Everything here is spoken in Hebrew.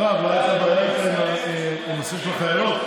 מירב, לא הייתה בעיה עם הנושא של החיילות?